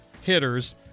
hitters